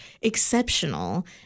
exceptional